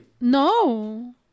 No